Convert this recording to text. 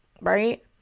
right